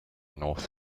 north